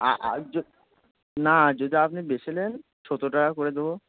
না যদি আপনি বেশি নেন সতেরো টাকা করে দেবো